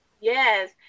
Yes